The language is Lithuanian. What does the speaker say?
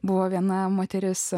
buvo viena moteris